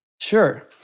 Sure